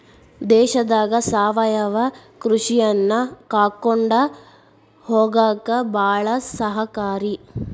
ದೇಶದಾಗ ಸಾವಯವ ಕೃಷಿಯನ್ನಾ ಕಾಕೊಂಡ ಹೊಗಾಕ ಬಾಳ ಸಹಕಾರಿ